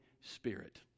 Spirit